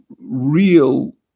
Real